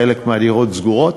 חלק מהדירות סגורות,